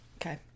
okay